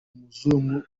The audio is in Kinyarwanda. umuzungu